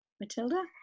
Matilda